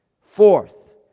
Fourth